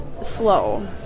slow